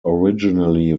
originally